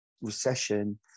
recession